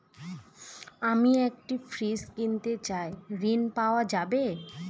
আমি একটি ফ্রিজ কিনতে চাই ঝণ পাওয়া যাবে?